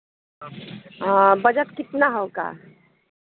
हाँ बजट कितना होगा